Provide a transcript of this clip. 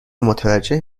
متوجه